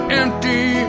empty